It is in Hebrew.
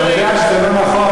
אתה יודע שזה לא נכון.